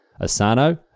Asano